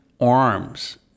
arms